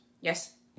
Yes